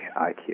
IQ